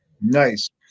Nice